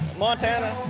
montana,